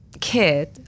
kid